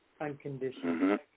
unconditional